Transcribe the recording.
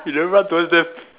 you never run towards them